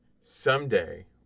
someday